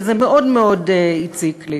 וזה מאוד מאוד הציק לי,